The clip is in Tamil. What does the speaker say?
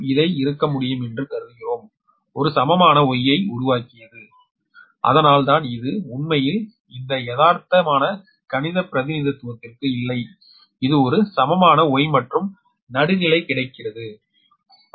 நாம் இதை இருக்க முடியும் என்று கருதுகிறோம் ஒரு சமமான Y ஐ உருவாக்கியது அதனால்தான் இது உண்மையில் இந்த யதார்த்தம் கணித பிரதிநிதித்துவத்திற்கு இல்லை இது ஒரு சமமான Y மற்றும் நடுநிலை கிடைக்கிறது ஒரு நடுநிலை கிடைக்கிறது